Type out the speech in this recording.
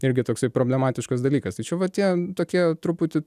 irgi toksai problematiškas dalykas tai čia va tie tokie truputį